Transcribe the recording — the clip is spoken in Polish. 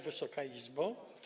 Wysoka Izbo!